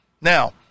Now